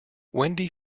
wendy